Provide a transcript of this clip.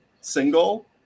single